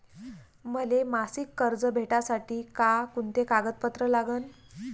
मले मासिक कर्ज भेटासाठी का कुंते कागदपत्र लागन?